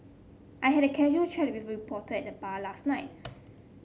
I had a casual chat with a reporter at the bar last night